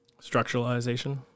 structuralization